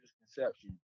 misconception